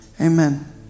amen